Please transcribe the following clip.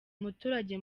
umuturage